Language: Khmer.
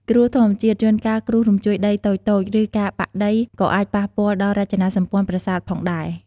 គ្រោះធម្មជាតិ ជួនកាលគ្រោះរញ្ជួយដីតូចៗ ឬការបាក់ដីក៏អាចប៉ះពាល់ដល់រចនាសម្ព័ន្ធប្រាសាទផងដែរ។